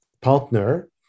partner